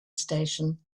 station